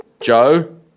Joe